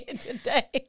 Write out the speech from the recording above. today